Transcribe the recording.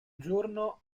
giorno